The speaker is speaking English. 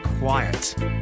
quiet